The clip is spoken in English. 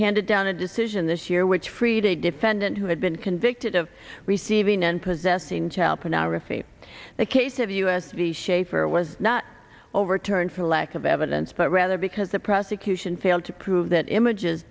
handed down a decision this year which freed a defendant who had been convicted of receiving and possessing child pornography the case of us v schaefer was not overturned for lack of evidence but rather because the prosecution failed to prove that images